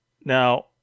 Now